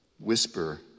whisper